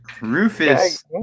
Rufus